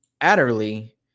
Adderley